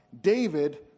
David